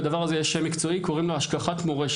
לדבר הזה יש שם מקצועי, קוראים לו השכחת מורשת.